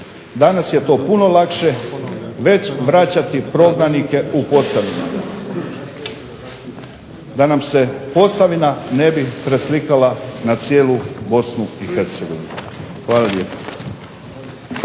Danas je to puno lakše već vraćati prognanike u Posavinu. Da nam se Posavina ne bi preslikala na cijelu BiH. Hvala lijepo.